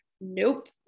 Nope